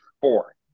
Four